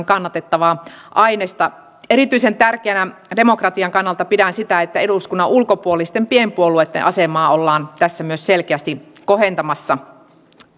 kannatettavaa ainesta erityisen tärkeänä demokratian kannalta pidän sitä että eduskunnan ulkopuolisten pienpuolueitten asemaa ollaan tässä myös selkeästi kohentamassa